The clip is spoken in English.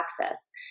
access